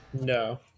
No